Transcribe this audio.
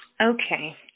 Okay